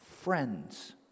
friends